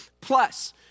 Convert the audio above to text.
Plus